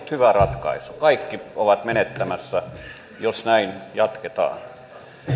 hyvä ratkaisu kaikki ovat menettämässä jos näin jatketaan